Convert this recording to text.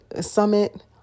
Summit